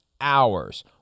hours